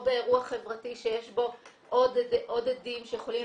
או באירוע חברתי שיש בו עוד עדים שיכולים